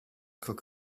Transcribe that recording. cook